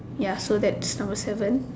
ya so that's number seven